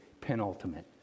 penultimate